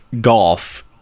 golf